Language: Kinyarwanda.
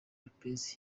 lopez